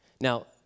Now